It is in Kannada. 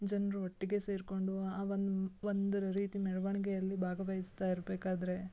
ಜನರೂ ಒಟ್ಟಿಗೆ ಸೇರಿಕೊಂಡು ಆ ಒಂದು ಒಂದು ರೀತಿ ಮೆರವಣಿಗೆಯಲ್ಲಿ ಭಾಗವಹಿಸ್ತಾ ಇರಬೇಕಾದ್ರೆ